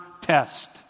test